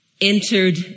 entered